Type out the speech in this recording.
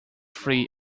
free